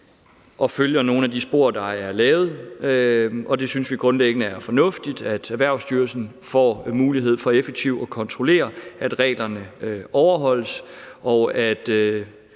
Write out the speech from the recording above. og følger nogle af de spor, der er lavet, og vi synes grundlæggende, det er fornuftigt, at Erhvervsstyrelsen får mulighed for effektivt at kontrollere, at reglerne overholdes, og at